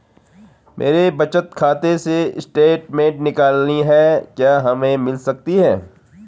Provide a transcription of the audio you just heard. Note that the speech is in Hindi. मेरे बचत खाते से स्टेटमेंट निकालनी है क्या हमें मिल सकती है?